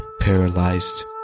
Paralyzed